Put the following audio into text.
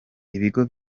ibigo